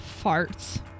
farts